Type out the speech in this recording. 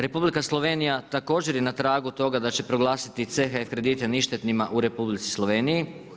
Republika Slovenija također je na tragu toga da će proglasiti CHF kredite ništetnima u Republici Sloveniji.